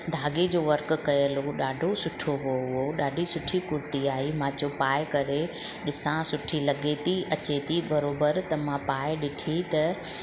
धागे जो वर्क कयलु हो ॾाढो सुठो हो उहो ॾाढी सुठी कुर्ती आई मां चयो पाए करे ॾिसां सुठी लॻे थी अचे थी बराबरि त मां पाए ॾिठी त